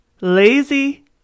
Lazy